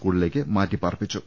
സ്കൂളിലേക്ക് മാറ്റിപ്പാർപ്പി ച്ചു